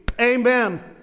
Amen